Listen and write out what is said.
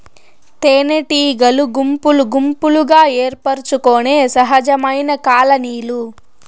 తేనెటీగలు గుంపులు గుంపులుగా ఏర్పరచుకొనే సహజమైన కాలనీలు